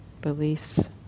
beliefs